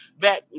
back